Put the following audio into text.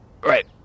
right